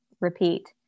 repeat